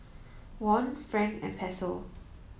won franc and Peso